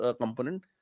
component